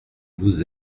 vous